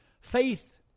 Faith